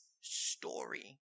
story